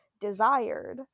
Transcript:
desired